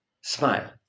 smile